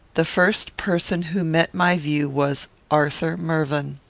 the first person who met my view was arthur mervyn.